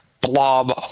blob